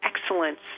Excellence